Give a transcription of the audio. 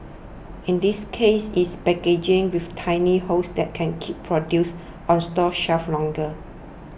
in this case it's packaging with tiny holes that can keep produce on store shelves longer